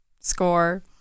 score